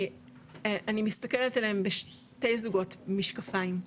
אני מסתכלת עליהם ב'שתי זוגות משקפים',